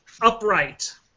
upright